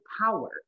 power